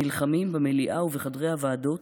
נלחמים במליאה ובחדרי הוועדות